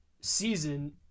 season